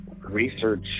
research